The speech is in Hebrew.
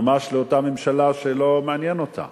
ממש לאותה ממשלה שלא מעניין אותה